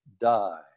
die